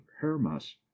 hermas